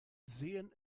sehen